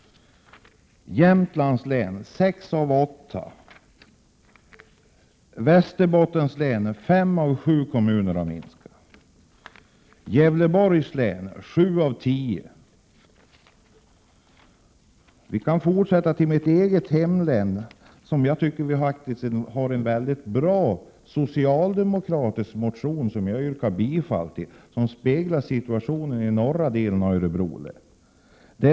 I Jämtlands län gäller det 5 av 8 kommuner, i Västernorrlands län 5 av 7 kommuner och i Gävelborgs län 9 av 10. Jag kan fortsätta med mitt eget hemlän, Örebro län. Därifrån föreligger en mycket bra socialdemokratisk motion, som jag yrkar bifall till och som speglar situationen i norra delen av länet.